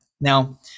Now